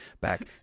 back